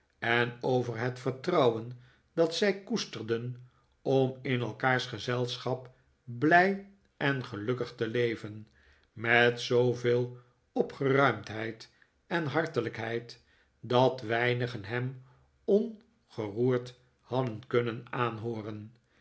en over het vertrouwen dat zij koesterden om in elkaars gezelschap blij en gelukkig te leven met zooveel opgeruimdheid en hartelijkheid dat weinigen hem ongeroerd hadden kunnen aanhooren